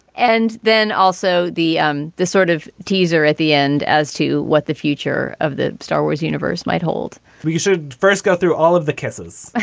and then also the um this sort of teaser at the end as to what the future of the star wars universe might hold you should first go through all of the cases,